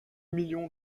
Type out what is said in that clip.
millions